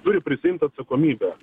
turi prisiimt atsakomybę